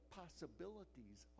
possibilities